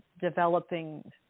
developing